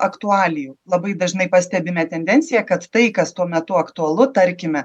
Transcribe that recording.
aktualijų labai dažnai pastebime tendenciją kad tai kas tuo metu aktualu tarkime